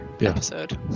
episode